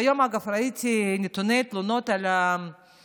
והיום, אגב, ראיתי את נתוני התלונות על הגזענות.